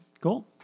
Cool